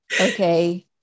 Okay